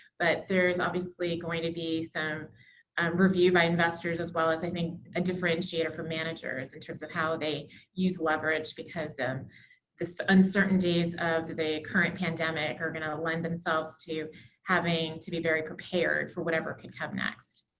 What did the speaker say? but there's obviously going to be some review by investors as well as i think a differentiator for managers in terms of how they use leverage, because the um uncertainties of the current pandemic are going to lend themselves to having to be very prepared for whatever can come next.